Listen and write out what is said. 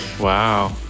Wow